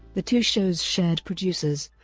the two shows shared producers,